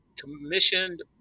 commissioned